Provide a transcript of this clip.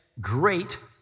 great